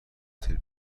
هتل